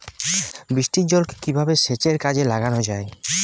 বৃষ্টির জলকে কিভাবে সেচের কাজে লাগানো য়ায়?